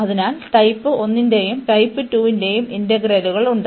അതിനാൽ ടൈപ്പ് 1 ന്റെയും ടൈപ്പ് 2 ന്റെയും ഇന്റഗ്രലുകളുണ്ട്